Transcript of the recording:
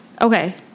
Okay